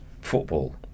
football